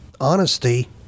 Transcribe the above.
honesty